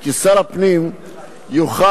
כי שר הפנים יוכל,